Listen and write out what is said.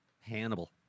Hannibal